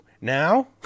now